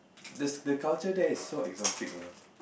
the the culture there is so exotic you know